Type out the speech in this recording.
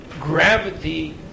gravity